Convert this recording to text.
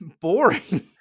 boring